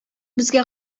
безгә